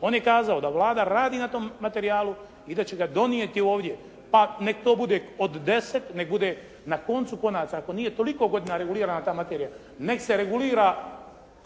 On je kazao da Vlada radi na tom materijalu i da će ga donijeti ovdje. Pa neka to bude od deset, neka bude na koncu konaca ako nije toliko godina regulirana ta materija neka se regulira